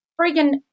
friggin